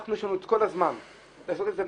יש לנו את כל הזמן לעשות את זה,